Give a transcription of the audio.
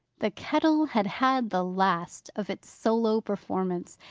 the kettle had had the last of its solo performance.